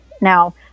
Now